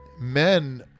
men